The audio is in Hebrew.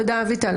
תודה, אביטל.